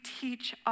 teach